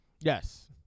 Yes